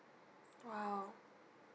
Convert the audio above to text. !wow!